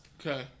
Okay